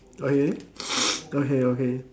okay okay okay